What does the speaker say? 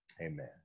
Amen